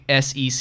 sec